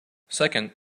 second